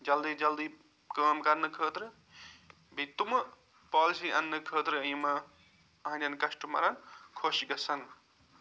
جلدی جلدی کٲم کَرنہٕ خٲطرٕ بیٚیہِ تِمہٕ پالیسی اننہٕ خٲطرٕ یِمہٕ یِہٕنٛدٮ۪ن کسٹٕمرن خۄش گژھن